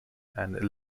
and